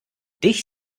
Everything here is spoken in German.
dich